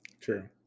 True